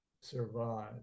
survive